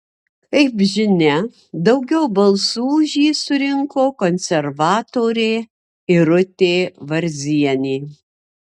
kaip žinia daugiau balsų už jį surinko konservatorė irutė varzienė